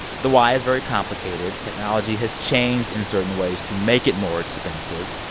the why is very complicated. technology has changed in certain ways to make it more expensive.